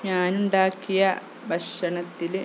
ഞാനുണ്ടാക്കിയ ഭക്ഷണത്തിൽ